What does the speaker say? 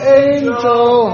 angel